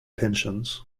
pensions